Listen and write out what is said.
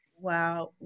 Wow